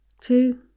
two